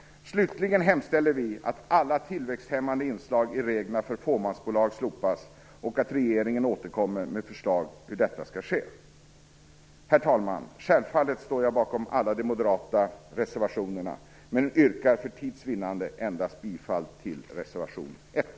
Slutligen hemställer vi att alla tillväxthämmande inslag i reglerna för fåmansbolag slopas, och att regeringen återkommer med förslag om hur detta skall ske. Herr talman! Självfallet står jag bakom alla de moderata reservationerna, men yrkar för tids vinnande endast bifall till reservation 1.